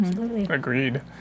Agreed